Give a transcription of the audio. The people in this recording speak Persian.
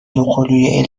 دوقلوی